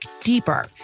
deeper